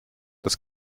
das